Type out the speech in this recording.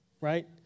right